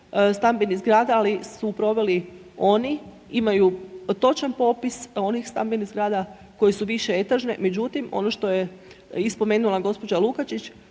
stambenih zgrada ali su proveli oni, imaju točan popis onih stambenih zgrada koje su više etažne, međutim ono što je i spomenula gospođa Lukačić,